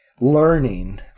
learning